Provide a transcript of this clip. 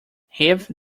heave